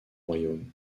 royaume